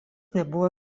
nebuvo